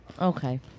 Okay